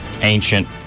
ancient